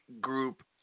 group